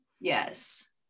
yes